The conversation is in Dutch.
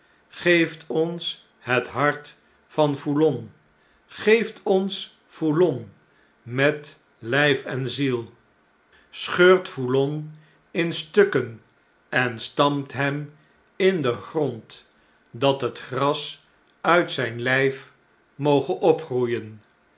geeft ons het hart van foulon geeft ons foulon met lh'f en ziel i scheurt foulon in stukken en stampt hem in den grond dat het gras uit zjjn lijf moge opgroeien